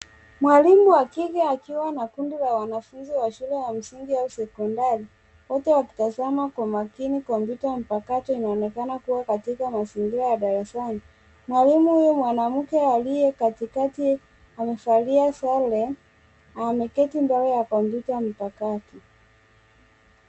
Mwalimu wa kike akiwa na kundi la wanafunzi wa shule ya msingi au sekondari wote wakitazama kwa makini kompyuta mpakato inaonekana kuwa katika mazingira ya darasani. Mwalimu huyu mwanamke aliye katikati amevalia sare ameketi mbele ya kompyuta mpakato.